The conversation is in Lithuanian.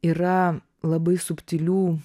yra labai subtilių